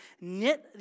knit